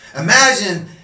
Imagine